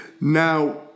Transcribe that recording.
Now